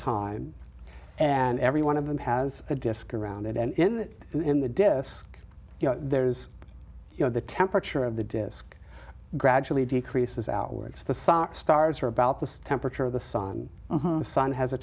time and every one of them has a disk around it and in the in the disk you know there's you know the temperature of the disk gradually decreases outwards the soccer stars are about the temperature of the sun the sun has a